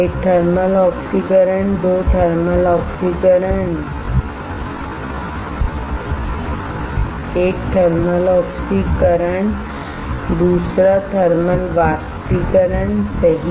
एक थर्मल ऑक्सीकरण 2 थर्मल वाष्पीकरण सही